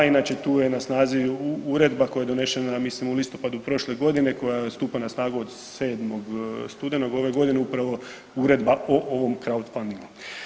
Inače tu je na snazi uredba koja je donešena ja mislim u listopadu prošle godine koja stupa na snagu od 7. studenog ove godine, upravo uredba o ovo crowdfunding-u.